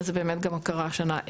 זה באמת גם קרה השנה.